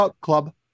Club